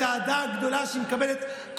את האהדה הגדולה שהיא מקבלת,